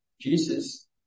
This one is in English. Jesus